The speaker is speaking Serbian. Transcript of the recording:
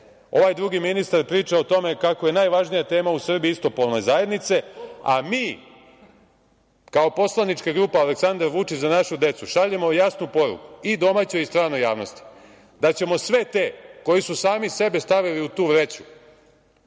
ovaj drugi ministar priča o tome kako je najvažnija tema u Srbiji istopolne zajednice, a mi kao poslanička grupa Aleksandar Vučić – za našu decu šaljemo jasnu poruku i domaćoj i stranoj javnosti da ćemo sve te koji su sami sebe stavili u tu vreću